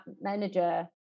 manager